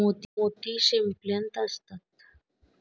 मोती शिंपल्यात असतात